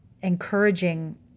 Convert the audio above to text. encouraging